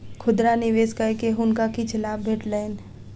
खुदरा निवेश कय के हुनका किछ लाभ भेटलैन